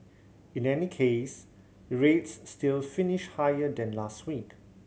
in any case rates still finished higher than last week